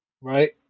right